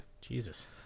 Jesus